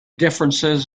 differences